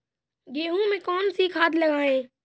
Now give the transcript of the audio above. गेहूँ में कौनसी खाद लगाएँ?